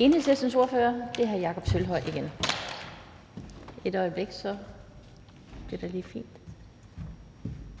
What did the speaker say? Enhedslistens ordfører, og det er hr. Jakob Sølvhøj. Værsgo til Enhedslistens